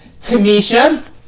Tamisha